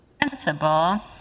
principle